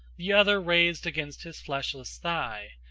the other raised against his fleshless thigh,